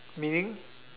meaning